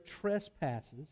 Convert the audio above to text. trespasses